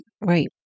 Right